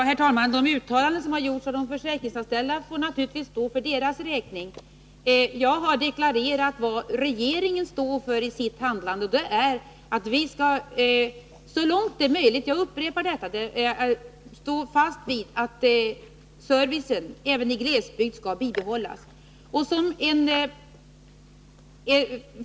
Herr talman! De uttalanden som har gjorts av de försäkringsanställda får naturligtvis stå för deras egen räkning. Jag har deklarerat vad regeringen står föri sitt handlande. Jag upprepar att vi så långt det är möjligt skall stå fast vid att servicen skall bibehållas även i glesbygd.